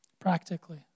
Practically